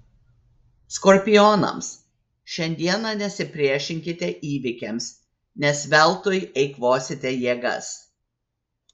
skorpionams šiandieną nesipriešinkite įvykiams nes veltui eikvosite jėgas